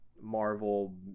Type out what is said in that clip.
Marvel